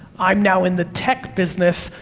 i'm now in the tech business,